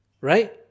Right